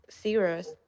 serious